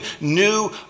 new